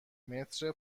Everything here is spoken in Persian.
متر